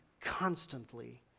constantly